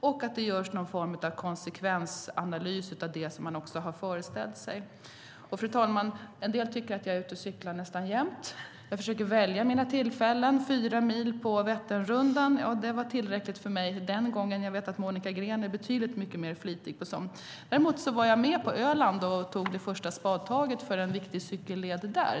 Det ska även göras någon form av konsekvensanalys av det som man tänkt sig. Fru talman! En del tycker att jag är ute och cyklar nästan jämt. Jag försöker välja mina tillfällen. 4 mil av Vätternrundan var tillräckligt för mig den gången. Jag vet att Monica Green är betydligt mer flitig på sådant. Däremot var jag med på Öland och tog det första spadtaget för en viktig cykelled där.